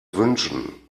wünschen